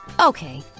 Okay